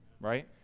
Right